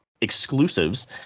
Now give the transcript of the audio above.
exclusives